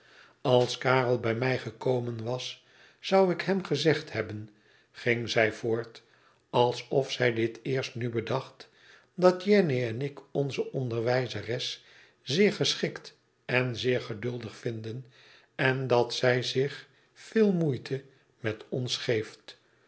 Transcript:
als karel bij mij gekomen was zou ik hem gezegd hebben ging zij voort alsof zij dit eerst nu bedacht dat jenny en ik onze onderwijzeres zeer geschikt en zeer geduldig vinden en dat zij zich veel moeite met ons geeft